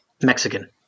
Mexican